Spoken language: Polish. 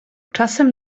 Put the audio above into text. czasem